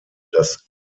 dass